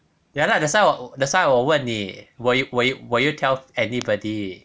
ya lah that's why 我 that's why 我问你 will you will you will you tell anybody